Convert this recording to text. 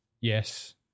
yes